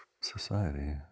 society